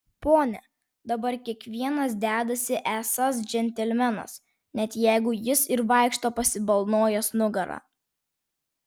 pone dabar kiekvienas dedasi esąs džentelmenas net jeigu jis ir vaikšto pasibalnojęs nugarą